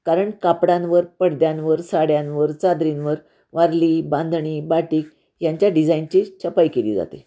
कारण कापडांवर पडद्यांवर साड्यांवर चादरींवर वारली बांधणी बाटिक यांच्या डिझाईनची छपाई केली जाते